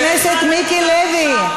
חבר הכנסת מיקי לוי.